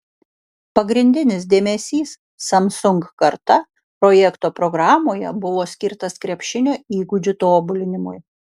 pagrindinis dėmesys samsung karta projekto programoje buvo skirtas krepšinio įgūdžių tobulinimui